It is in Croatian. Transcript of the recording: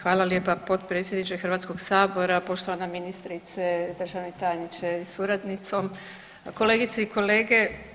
Hvala lijepa potpredsjedniče Hrvatskog sabora, poštovana ministrice, državni tajniče sa suradnicom, kolegice i kolege.